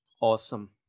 Awesome